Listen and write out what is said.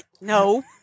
no